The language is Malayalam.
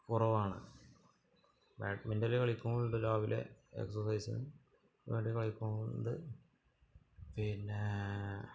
കുറവാണ് ബാഡ്മിൻ്റല് കളിക്കുന്നുണ്ട് രാവിലെ എക്സർസൈസിനു വേണ്ടി കളിക്കും ഇത് പിന്നെ